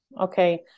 Okay